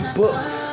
books